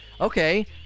Okay